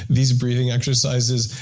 these breathing exercises,